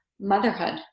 motherhood